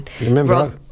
Remember